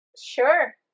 Sure